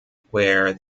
where